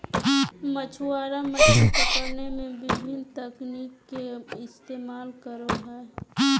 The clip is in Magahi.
मछुआरा मछली पकड़े में विभिन्न तकनीक के इस्तेमाल करो हइ